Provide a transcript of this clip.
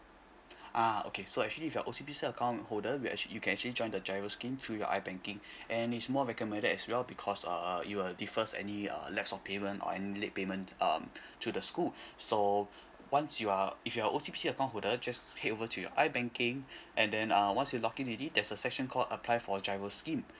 ah okay so actually if you're O_C_B_C account holder we actually you can actually join the G_I_R_O scheme through your i banking and it's more recommended as well because uh you are defer any uh late of payment or any late payment um to the school so once you are if you're O_C_B_C account holder just head over to your i banking and then uh once you logging already there's a section called apply for G_I_R_O scheme